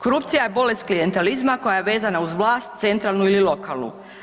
Korupcija je bolest klijentelizma koja je vezana uz vlast centralnu ili lokalnu.